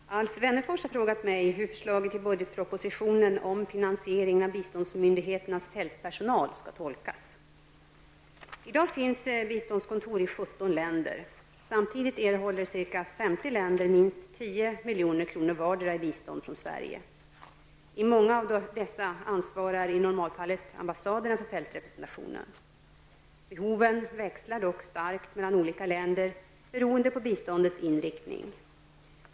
Herr talman! Alf Wennerfors har frågat mig hur förslaget i budgetpropositionen om finansieringen av biståndsmyndigheternas fältpersonal skall tolkas. I dag finns biståndskontor i 17 länder. Samtidigt erhåller ca 50 länder minst 10 milj.kr. vardera i bistånd från Sverige. I många av dessa ansvarar i normalfallet ambassaderna för fältrepresentationen. Behoven växlar dock starkt mellan olika länder beroende på biståndets inriktning.